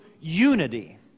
unity